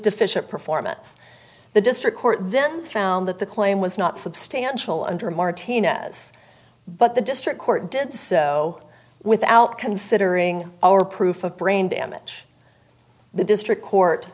deficient performance the district court then found that the claim was not substantial under martnez but the district court did so without considering our proof of brain damage the district court